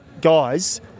guys